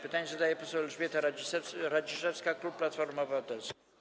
Pytanie zadaje poseł Elżbieta Radziszewska, klub Platforma Obywatelska.